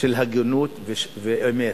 של הגינות ואמת.